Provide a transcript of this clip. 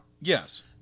Yes